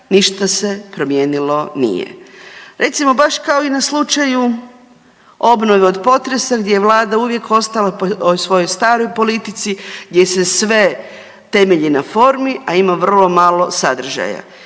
ništa se promijenilo nije. Recimo baš kao i na slučaju obnove od potresa gdje je Vlada uvijek ostala o svojoj staroj politici gdje se sve temelji na formi, a ima vrlo malo sadržaja.